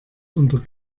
unter